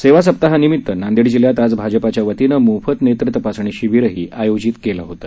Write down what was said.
सेवा सप्ताहानिमित्तानं नांदेड जिल्ह्यात आज भाजपातर्फे मोफत नेत्र तपासणी शिबीर आयोजित केलं होतं